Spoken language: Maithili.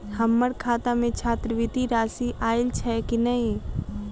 हम्मर खाता मे छात्रवृति राशि आइल छैय की नै?